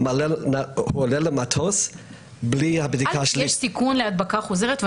ועולה למטוס בלי הבדיקה -- אז יש סיכוי להדבקה חוזרת,